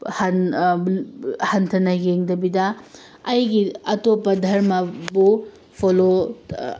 ꯍꯟꯊꯅ ꯌꯦꯡꯗꯕꯤꯗ ꯑꯩꯒꯤ ꯑꯇꯣꯞꯄ ꯙꯔꯃꯕꯨ ꯐꯣꯂꯣ